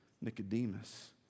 Nicodemus